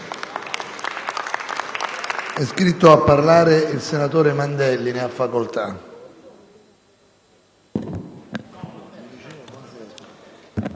È iscritto a parlare il senatore Lai. Ne ha facoltà.